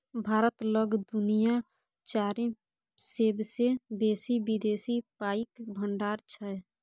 भारत लग दुनिया चारिम सेबसे बेसी विदेशी पाइक भंडार छै